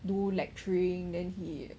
do lecturing then he